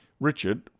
Richard